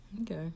Okay